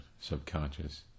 subconscious